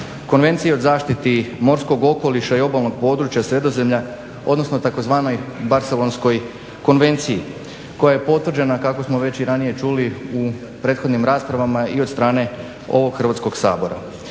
Konvenciji o zaštiti morskog okoliša i obalnog područja Sredozemlja, odnosno tzv. Barcelonskoj konvenciji koja je potvrđena kako smo već i ranije čuli u prethodnim rasprava i od strane ovog Hrvatskoga sabora.